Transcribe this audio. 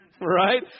right